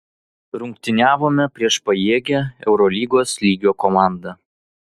rungtyniavome prieš pajėgią eurolygos lygio komandą